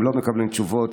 הם לא מקבלים תשובות,